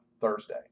Thursday